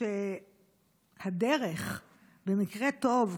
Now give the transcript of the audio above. כשהדרך במקרה טוב,